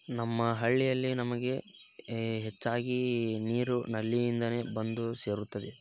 ನಮ್ಮ ಹಳ್ಳಿಯಲ್ಲಿ ನಮಗೆ ಹೆಚ್ಚಾಗಿ ನೀರು ನಲ್ಲಿಯಿಂದ ಬಂದು ಸೇರುತ್ತದೆ